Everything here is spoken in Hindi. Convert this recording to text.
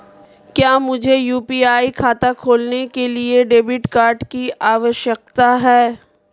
क्या मुझे यू.पी.आई खाता खोलने के लिए डेबिट कार्ड की आवश्यकता है?